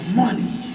money